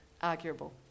arguable